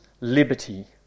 liberty